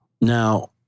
Now